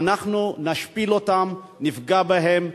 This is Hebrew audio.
ואנחנו נשפיל אותם, נפגע בהם.